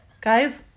Guys